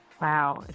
Wow